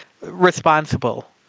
responsible